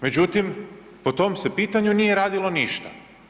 Međutim, po tom se pitanju nije radilo ništa.